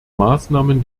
maßnahmen